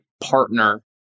partner